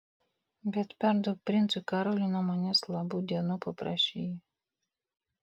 bet perduok princui karoliui nuo manęs labų dienų paprašė ji